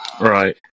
Right